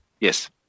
Yes